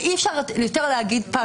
ויותר אי-אפשר להגיד פג תוקף.